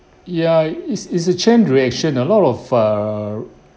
ya it's it's a chain reaction a lot of err